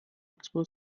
expo